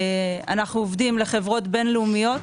אנחנו עובדים עבור חברות בין-לאומיות.